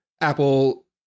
Apple